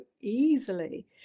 easily